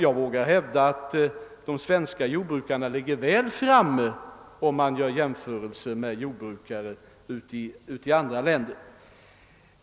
Jag vågar hävda att de svenska jordbrukarna ligger väl framme vid en jämförelse med jordbrukarna i andra länder.